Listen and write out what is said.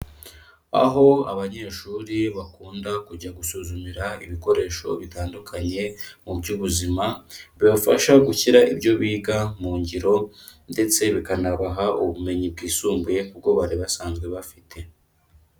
Aho abanyeshuri bakunda kujya gusuzumira ibikoresho bitandukanye mu by'ubuzima, bibafasha gushyira ibyo biga mu ngiro ndetse bikanabaha ubumenyi bwisumbuye ku bwo bari basanzwe bafite.